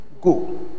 go